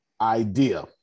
idea